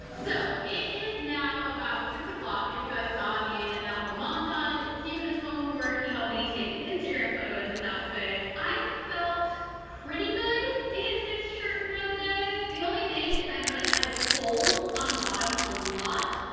so it is now about six o'clock. as you guys saw in that little montage, steven is home from work, he helped me take an instagram photo in this outfit. i have felt pretty good in this shirt throughout the day. the only thing is i noticed i pull on the bottom a lot,